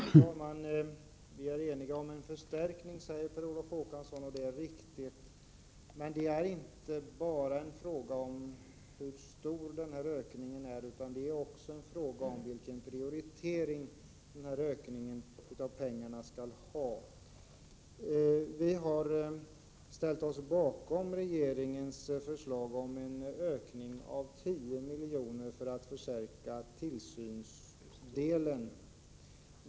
Herr talman! Vi är eniga om en förstärkning, säger Per Olof Håkansson, och det är riktigt. Men det är inte bara en fråga om hur stor ökningen skall vara utan också en fråga om vilken prioritering man skall göra av utökningen avanslaget. Vi har ställt oss bakom regeringens förslag om en ökning med 10 milj.kr. för förstärkning av tillsynsarbetet.